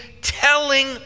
telling